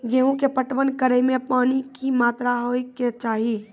गेहूँ के पटवन करै मे पानी के कि मात्रा होय केचाही?